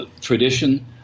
tradition